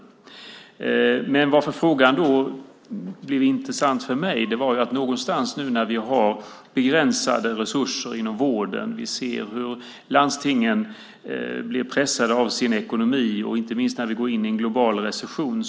Anledningen till att frågan blev intressant för mig är att vi har begränsade resurser inom vården, vi ser hur landstingen blir pressade av sin ekonomi och vi går in i en global recession.